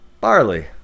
Barley